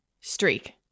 streak